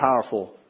powerful